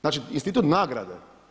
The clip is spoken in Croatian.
Znači institut nagrade.